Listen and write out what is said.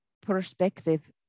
perspective